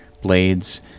blades